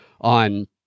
on